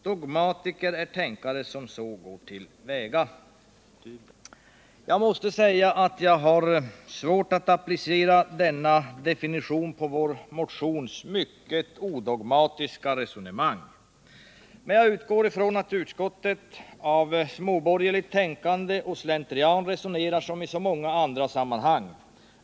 Dogmatiker: en tänkare, som så går till väga.” Jag har svårt att applicera denna definition på vår motions mycket odogmatiska resonemang. Men jag utgår ifrån att utskottet av småborgerligt tänkande och slentrian resonerar som i så många andra sammanhang.